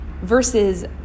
Versus